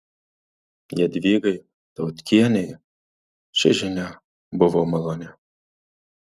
jadvygai tautkienei ši žinia buvo maloni